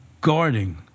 guarding